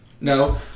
no